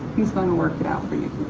he's gonna work it out for you.